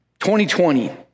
2020